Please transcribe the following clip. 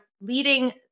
leading